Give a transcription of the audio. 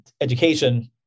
education